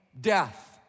death